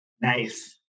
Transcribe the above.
Nice